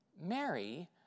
Mary